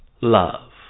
love